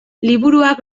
liburuak